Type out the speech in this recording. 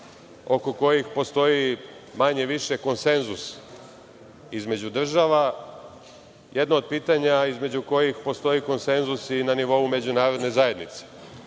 oko kojih postoji manje, više konsenzus između država, jedno od pitanja između kojih postoji konsenzus i na nivou međunarodne zajednice. Životna